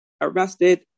arrested